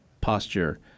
posture